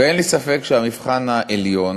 אין לי ספק שהמבחן העליון